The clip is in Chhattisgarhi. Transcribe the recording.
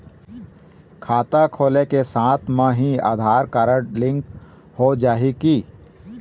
खाता खोले के साथ म ही आधार कारड लिंक होथे जाही की?